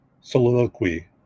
soliloquy